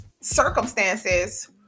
circumstances